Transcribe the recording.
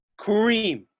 Kareem